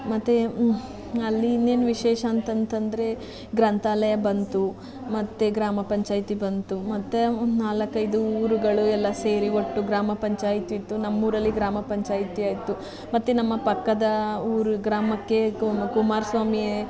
ಮತ್ತು ಅಲ್ಲಿ ಇನ್ನೇನು ವಿಶೇಷ ಅಂತ ಅಂತಂದರೆ ಗ್ರಂಥಾಲಯ ಬಂತು ಮತ್ತು ಗ್ರಾಮ ಪಂಚಾಯಿತಿ ಬಂತು ಮತ್ತು ನಾಲಕ್ಕೈದು ಊರುಗಳು ಎಲ್ಲ ಸೇರಿ ಒಟ್ಟು ಗ್ರಾಮ ಪಂಚಾಯಿತಿ ಇತ್ತು ನಮ್ಮ ಊರಲ್ಲಿ ಗ್ರಾಮ ಪಂಚಾಯಿತಿ ಆಯಿತು ಮತ್ತು ನಮ್ಮ ಪಕ್ಕದ ಊರು ಗ್ರಾಮಕ್ಕೆ ಕುಮಾರ ಸ್ವಾಮಿ